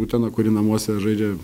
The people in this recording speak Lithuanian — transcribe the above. utena kuri namuose žaidžia